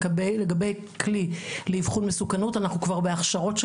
לגבי כלי לאבחון מסוכנות,